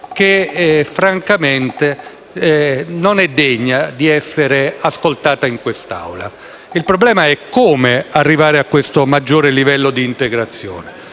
che francamente non è degna di essere ascoltata in quest'Aula. Il problema è come arrivare a questo maggior livello di integrazione.